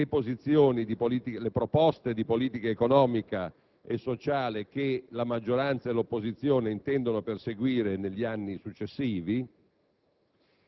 definiscono le proposte di politica economica e sociale che la maggioranza e l'opposizione intendono perseguire negli anni successivi.